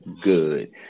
good